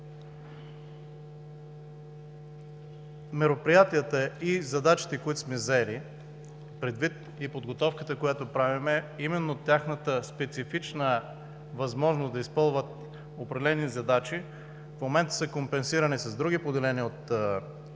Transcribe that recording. Мероприятията и задачите, които сме взели предвид подготовката, която правим, а именно тяхната специфична възможност да изпълняват определени задачи, в момента са компенсирани с други поделения от